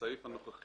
אמר בסעיף הנוכחי,